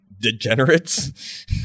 degenerates